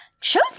shows